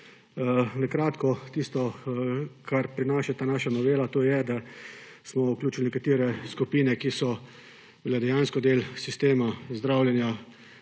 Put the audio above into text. tisto, kar prinaša ta naša novela, to je, da smo vključili nekatere skupine, ki so bile dejansko del sistema zdravljenja